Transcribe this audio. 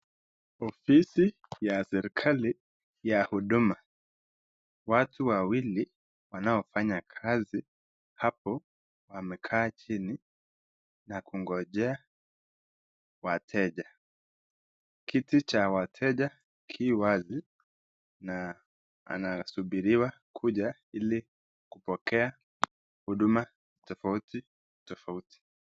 Ofisi ya serikali ya huduma, watu wawili, wanaofanya kazi hapo wamekaa chini na kungojea wateja. Kiti cha wateja kiwazi na anasubiriwa ili kuja kupoeka huduma tofauti tofauti.